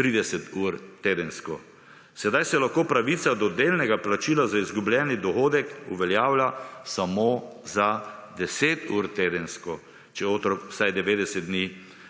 30 ur tedensko. Sedaj se lahko pravica do delnega plačila za izgubljeni dohodek uveljavlja samo za 10 ur tedensko, če otrok vsaj 90 dni